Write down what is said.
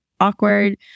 awkward